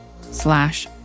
slash